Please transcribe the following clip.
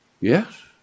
Yes